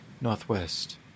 northwest